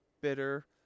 bitter